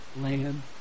land